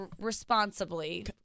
responsibly